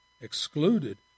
excluded